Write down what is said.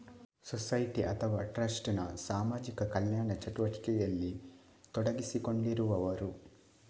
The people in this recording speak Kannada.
ಸೊಸೈಟಿ ಅಥವಾ ಟ್ರಸ್ಟ್ ನ ಸಾಮಾಜಿಕ ಕಲ್ಯಾಣ ಚಟುವಟಿಕೆಯಲ್ಲಿ ತೊಡಗಿಸಿಕೊಂಡಿರುವವರು